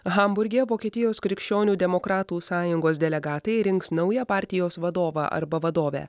hamburge vokietijos krikščionių demokratų sąjungos delegatai rinks naują partijos vadovą arba vadovę